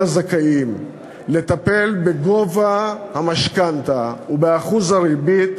הזכאים ולטפל בגובה המשכנתה ובאחוז הריבית,